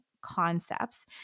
concepts